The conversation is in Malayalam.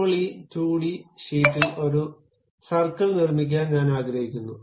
ഇപ്പോൾ ഈ 2 ഡി ഷീറ്റിൽ ഒരു സർക്കിൾ നിർമ്മിക്കാൻ ഞാൻ ആഗ്രഹിക്കുന്നു